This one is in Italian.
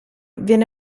viene